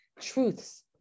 truths